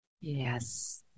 Yes